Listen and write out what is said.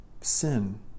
sin